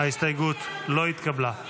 ההסתייגות לא התקבלה.